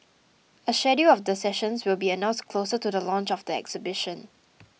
a schedule of the sessions will be announced closer to the launch of the exhibition